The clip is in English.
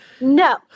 No